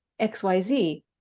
XYZ